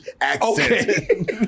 accent